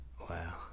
Wow